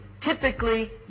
typically